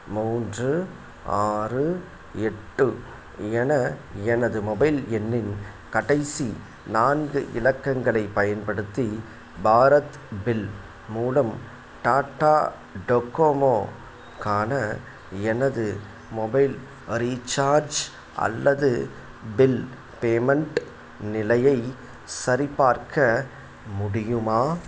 மூன்று ஆறு எட்டு என எனது மொபைல் எண்ணின் கடைசி நான்கு இலக்கங்களை பயன்படுத்தி பாரத் பில் மூலம் டாடா டோகோமோக்கான எனது மொபைல் ரீசார்ஜ் அல்லது பில் பேமெண்ட் நிலையை சரிபார்க்க முடியுமா